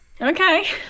Okay